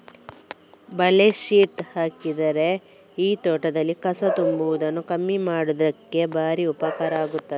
ಬಲೆ ಶೀಟ್ ಹಾಕಿದ್ರೆ ಈ ತೋಟದಲ್ಲಿ ಕಸ ತುಂಬುವುದನ್ನ ಕಮ್ಮಿ ಮಾಡ್ಲಿಕ್ಕೆ ಭಾರಿ ಉಪಕಾರ ಆಗ್ತದೆ